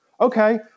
Okay